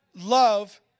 Love